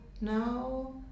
now